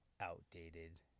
outdated